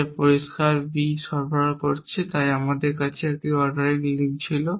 যা পরিষ্কার B সরবরাহ করছে তাই আমার কাছে একটি অর্ডারিং লিঙ্ক ছিল